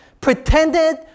pretended